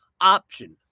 option